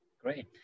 Great